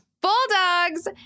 Bulldogs